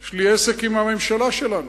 יש לי עסק עם הממשלה שלנו.